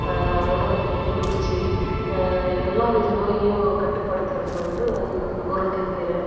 உடம்புக்கு குளிர்ச்சி எல்லா வித நோயும் கட்டுப்படுத்துகிறது வந்து முருங்கக் கீரை